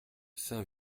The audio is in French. saint